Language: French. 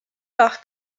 par